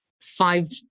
five